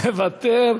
מוותר,